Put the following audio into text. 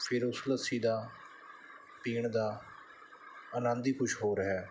ਫਿਰ ਉਸ ਲੱਸੀ ਦਾ ਪੀਣ ਦਾ ਆਨੰਦ ਹੀ ਕੁਝ ਹੋਰ ਹੈ